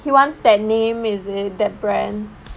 he wants that name is it that brand